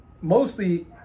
mostly